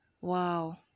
Wow